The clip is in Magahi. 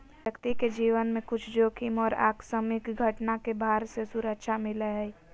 व्यक्ति के जीवन में कुछ जोखिम और आकस्मिक घटना के भार से सुरक्षा मिलय हइ